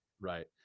right